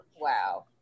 Wow